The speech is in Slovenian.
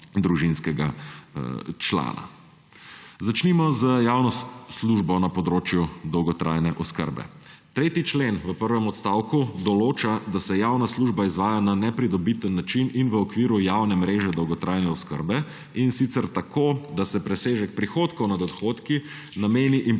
družinskega člana. Začnimo z javno službo na področju dolgotrajne oskrbe. 3. člen v prvem odstavku določa, da se javna služba izvaja na nepridobiten način in v okviru javne mreže dolgotrajne oskrbe, in sicer tako, da se presežek prihodkov nad odhodki nameni in